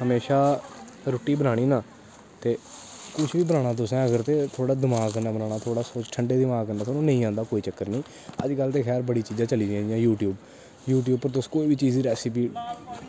हमेशां रुट्टी बनानी ना ते कुछ बी बनाना तुसें अगर ते थोह्ड़ा दमाग कन्नै बनाना थोह्ड़ा ठंडे दमाग कन्नै थुआनूं नेईं आंदा कोई चक्कर नेईं अज्जकल ते खैर बड़ी चीजां चली गेदियां जियां यूट्यूब यूट्यूब उप्पर तुस कोई बी चीज रैस्पी